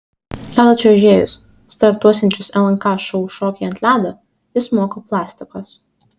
ledo čiuožėjus startuosiančius lnk šou šokiai ant ledo jis moko plastikos